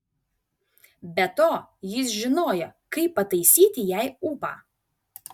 be to jis žinojo kaip pataisyti jai ūpą